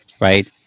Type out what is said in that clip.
right